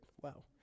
Wow